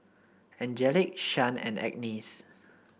Angelic Shyann and Agness